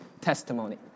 testimony